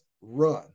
run